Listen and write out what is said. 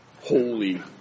holy